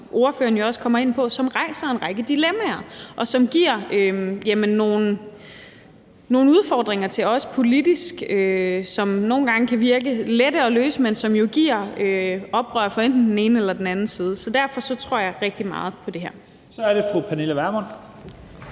ordføreren jo også kommer ind på, rejser en række dilemmaer, og som giver nogle udfordringer for os politisk set, som nogle gange kan virke lette at løse, men som jo giver oprør fra enten den ene eller den anden side. Så derfor tror jeg rigtig meget på det her. Kl. 17:47 Første næstformand